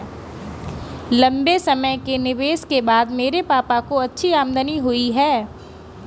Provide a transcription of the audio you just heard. लंबे समय के निवेश के बाद मेरे पापा को अच्छी आमदनी हुई है